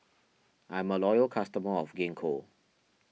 I'm a loyal customer of Gingko